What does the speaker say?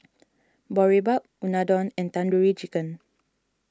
Boribap Unadon and Tandoori Chicken